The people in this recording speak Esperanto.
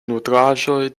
nutraĵoj